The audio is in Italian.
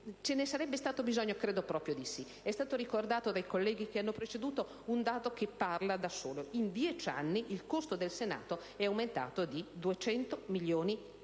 Ce ne sarebbe stato bisogno? Credo proprio di sì. È stato ricordato dai colleghi che mi hanno preceduto un dato che parla da solo: in dieci anni il costo del Senato è aumentato di 200 milioni di euro,